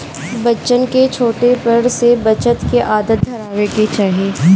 बच्चन के छोटे पर से बचत के आदत धरावे के चाही